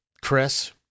Chris